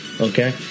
okay